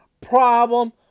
problem